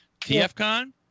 TFCon